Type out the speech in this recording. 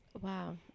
wow